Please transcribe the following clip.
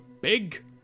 big